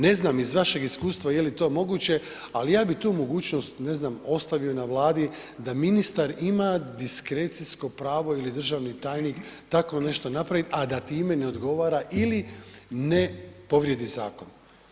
Ne znam iz vašeg iskustva je li to moguće, ali ja bi tu mogućnost, ne znam, ostavio na Vladi, da ministar ima diskrecijsko pravo ili državni tajnik, tako nešto napraviti, a da time ne odgovara ili ne povrijedi zakon.